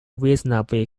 reasonably